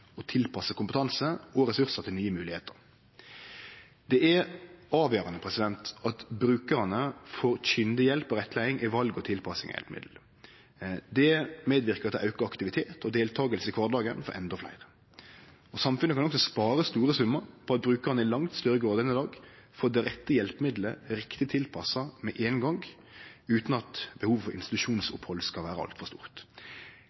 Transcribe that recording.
tilpasse kompetanse og ressursar til nye moglegheiter. Det er avgjerande at brukarane får kunnig hjelp og rettleiing i val og tilpassing av hjelpemiddel. Det medverkar til auka aktivitet og deltaking i kvardagen for endå fleire. Samfunnet kan også spare store summar på at brukarane i langt større grad enn i dag får dei rette hjelpemidla riktig tilpassa med ein gong, utan at behovet for institusjonsopphald skal vere altfor stort.